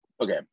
Okay